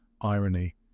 irony